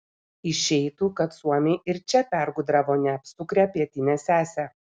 išeitų kad suomiai ir čia pergudravo neapsukrią pietinę sesę